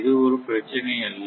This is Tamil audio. அது ஒரு பிரச்சினை இல்லை